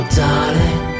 darling